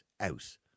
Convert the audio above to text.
out